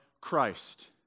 Christ